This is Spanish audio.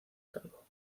salvo